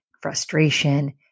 frustration